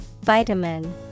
Vitamin